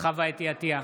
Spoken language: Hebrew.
חוה אתי עטייה,